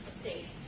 state